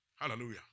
Hallelujah